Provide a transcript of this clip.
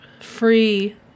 free